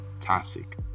toxic